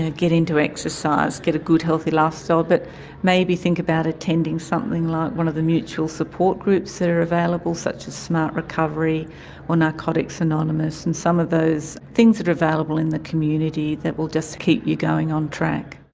get into exercise, get a good healthy lifestyle, so but maybe think about attending something like one of the mutual support groups that are available, such as smart recovery or narcotics anonymous, and some of those things that are available in the community that will just keep you going on track.